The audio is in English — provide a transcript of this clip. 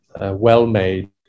well-made